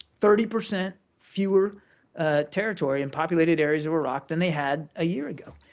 thirty percent fewer territory in populated areas of iraq than they had a year ago